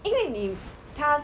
因为你他